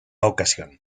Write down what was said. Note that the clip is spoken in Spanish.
ocasión